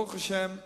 ברוך השם,